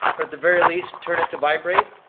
or at the very least, turn it to vibrate.